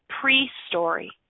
pre-story